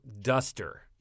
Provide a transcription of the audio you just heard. duster